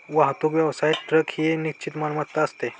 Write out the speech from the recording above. वाहतूक व्यवसायात ट्रक ही निश्चित मालमत्ता असते